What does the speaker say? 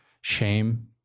shame